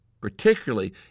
particularly